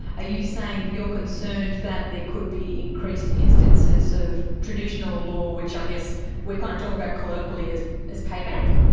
ah you saying that you're concerned that there could be increased instances of traditional law, which i guess we kind of talk about colloquially as as payback?